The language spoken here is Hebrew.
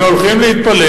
הם הולכים להתפלל